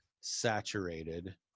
saturated